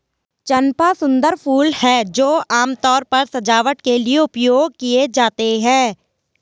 चंपा सुंदर फूल हैं जो आमतौर पर सजावट के लिए उपयोग किए जाते हैं